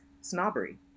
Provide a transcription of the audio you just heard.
snobbery